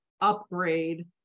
upgrade